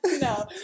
No